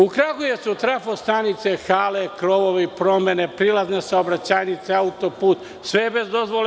U Kragujevcu trafo stanice, hale, krovovi, promene, prilazne saobraćajnice, auto-put, sve je bez dozvole.